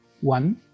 One